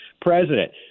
president